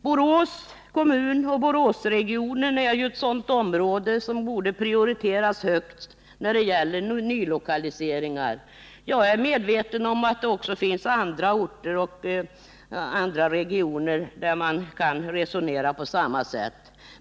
Borås kommun och Boråsregionen är ett sådant område som särskilt borde prioriteras när det gäller nylokaliseringar. Jag är medveten om att det också finns andra orter och regioner om vilka man kan resonera på samma sätt.